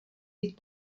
být